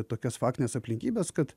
tokias faktines aplinkybes kad